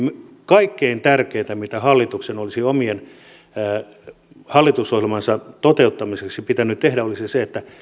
kaikkein tärkeintä mitä hallituksen olisi oman hallitusohjelmansa toteuttamiseksi pitänyt tehdä olisi se että